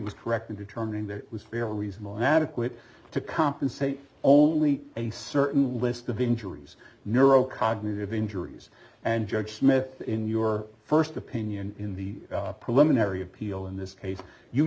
was correct in determining that it was fair or reasonable adequate to compensate only a certain list of injuries neurocognitive injuries and judge smith in your first opinion in the preliminary appeal in this case you